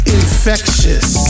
infectious